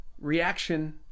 reaction